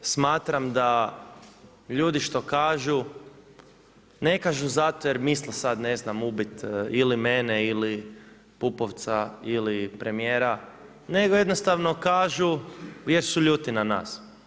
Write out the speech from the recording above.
Smatram da ljudi što kažu ne kažu jer misle sad ne znam ubit ili mene ili Pupovca ili premijera, nego jednostavno kažu jer su ljuti na nas.